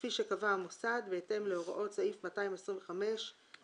"כפי שקבע המוסד בהתאם להוראות סעיף 225(א1)".